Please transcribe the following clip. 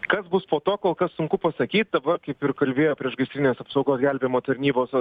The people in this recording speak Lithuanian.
kas bus po to kol kas sunku pasakyt dabar kaip ir kalbėjo priešgaisrinės apsaugos gelbėjimo tarnybos